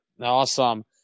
awesome